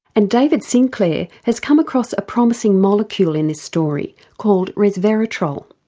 and david sinclair has come across a promising molecule in this story called resveretrol.